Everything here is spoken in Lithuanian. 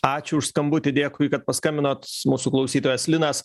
ačiū už skambutį dėkui kad paskambinot mūsų klausytojas linas